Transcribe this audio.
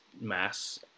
mass